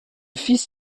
fils